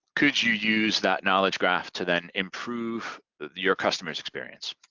could you use that knowledge graph to then improve your customer's experience?